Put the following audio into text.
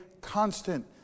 constant